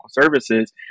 services